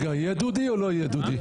רגע, יהיה דודי או לא יהיה דודי?